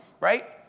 right